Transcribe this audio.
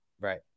right